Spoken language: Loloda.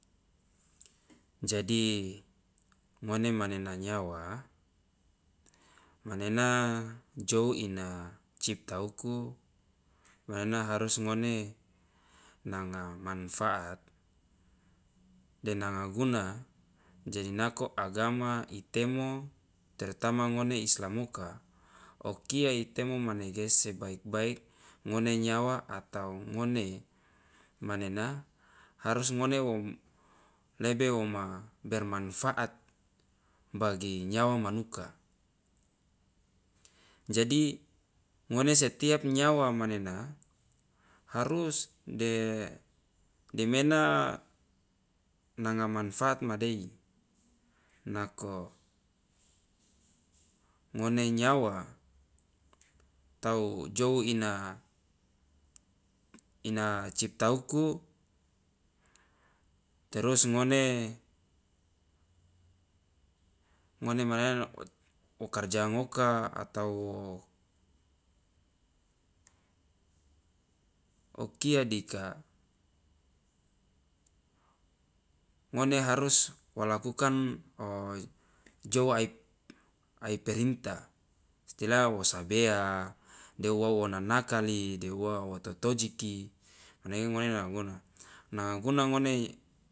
Jadi ngone manena nyawa, manena jou ina cipta uku manena harus ngone nanga manfaat de nanga guna jadi nako agama i temo terutama ngone islam oka o kia i temo manege sebaik baik ngone nyawa atau ngone manena harus ngone wo lebe wo ma bermanfaat bagi nyawa manuka, jadi ngone setiap nyawa manena harus de demena nanga manfaat madei nako ngone nyawa atau jou ina ina cipta uku terus ngone ngone manena oka karja ngoka atau o kia dika ngone harus wo lakukan jou ai p- perintah, istilah wo sabea de ua wo na nakali de ua wo totojiki manege ngone nanga guna, nanga guna ngone i